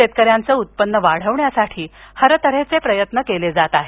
शेतकऱ्यांचं उत्पन्न वाढविण्यासाठी हरतर्हेचे प्रयत्न केले जात आहेत